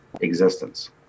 existence